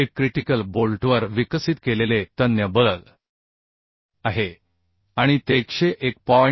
हे क्रिटिकल बोल्टवर विकसित केलेले तन्य बल आहे आणि ते 101